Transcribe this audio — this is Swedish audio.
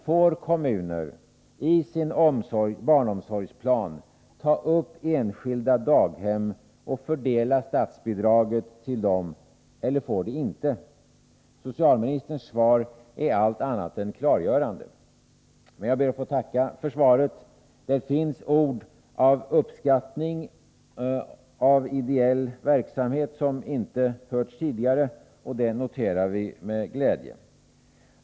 Får kommuner i sin barnomsorgsplan ta upp enskilda daghem och fördela statsbidraget till dem, eller får de inte göra det? Socialministerns svar är allt annat än klargörande. Men jag ber att få tacka för svaret. Där finns ord av uppskattning av ideell verksamhet som inte hörts tidigare, och det noterar vi med glädje.